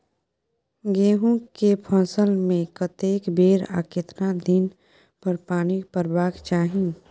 गेहूं के फसल मे कतेक बेर आ केतना दिन पर पानी परबाक चाही?